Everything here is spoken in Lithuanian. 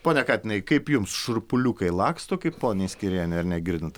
pone katinai kaip jums šurpuliukai laksto kaip poniai skyriene ar negirdint